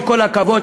עם כל הכבוד,